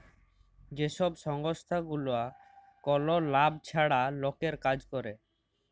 যে ছব সংস্থাগুলা কল লাভ ছাড়া লকের কাজ ক্যরে